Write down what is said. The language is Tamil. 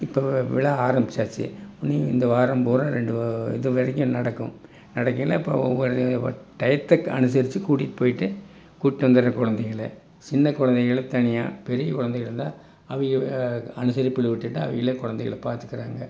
இப்போ விழா ஆரமிச்சாச்சு இனி இந்த வாரம் பூரா ரெண்டு இது வரைக்கும் நடக்கும் நடக்கையில் இப்போ ஒவ்வொரு டயத்தை அனுசரித்து கூட்டிகிட்டு போய்விட்டு கூட்டு வந்துடறேன் குழந்தைங்கள சின்ன குழந்தைகள தனியாக பெரிய குழந்தைகள் இருந்தால் அவக அனுசரிப்பில் விட்டுவிட்டா அவகளே குழந்தைகள பார்த்துக்குறாங்க